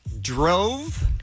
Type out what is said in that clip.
Drove